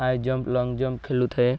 high jump long jump ଖେଳୁଥାଏ